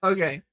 Okay